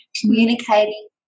Communicating